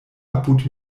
apud